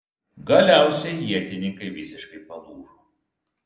galiausiai ietininkai visiškai palūžo